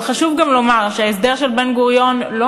אבל חשוב גם לומר שההסדר של בן-גוריון לא